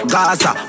Gaza